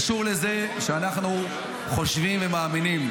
זה קשור לזה שאנחנו חושבים ומאמינים,